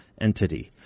entity